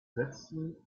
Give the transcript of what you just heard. setzten